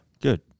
good